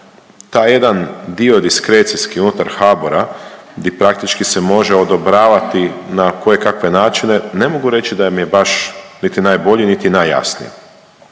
taj jedan dio diskrecijski unutar HBOR-a di praktički se može odobravati na koje kakve načine, ne mogu reći da mi je baš niti najbolji, niti najjasniji,